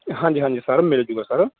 ਹਾਂਜੀ ਹਾਂਜੀ ਸਰ ਮਿਲ ਜੂਗਾ ਸਰ